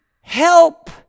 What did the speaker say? help